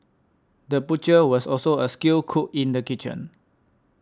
the butcher was also a skilled cook in the kitchen